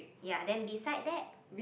ya then beside that